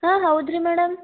ಹಾಂ ಹೌದು ರೀ ಮೇಡಮ್